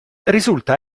risulta